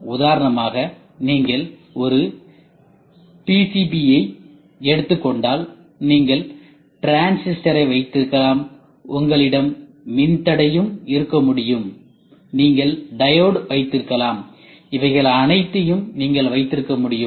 உதாரணமாக நீங்கள் ஒரு PCBயை எடுத்துக் கொண்டால் நீங்கள் டிரான்சிஸ்டரை வைத்திருக்கலாம் உங்களிடம் மின்தடையம் இருக்க முடியும் நீங்கள் டையோடு வைத்திருக்கலாம் இவைகள் அனைத்தையும் நீங்கள் வைத்திருக்க முடியும்